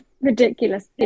ridiculous